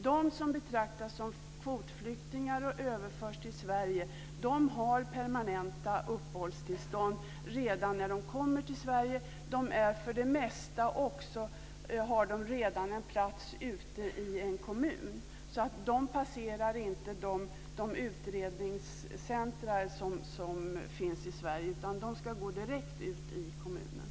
De människor som betraktas som kvotflyktingar och överförs till Sverige har permanenta uppehållstillstånd redan när de kommer till Sverige. De har också för det mesta redan en plats ute i en kommun. De passerar inte de utredningscenter som finns i Sverige, utan de ska gå direkt ut i kommunen.